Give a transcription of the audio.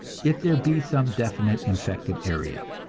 if there be some definite infected area.